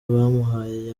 bamuhaye